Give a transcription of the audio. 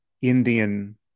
Indian